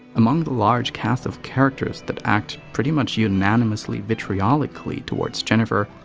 among the large cast of characters that act pretty much unanimously vitriolically towards jennifer,